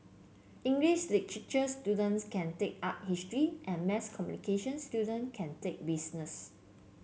English literature students can take art history and mass communication student can take business